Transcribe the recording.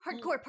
Hardcore